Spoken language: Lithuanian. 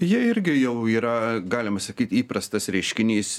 jie irgi jau yra galima sakyt įprastas reiškinys